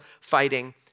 fighting